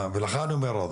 לכן אני אומר ראדי,